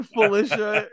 Felicia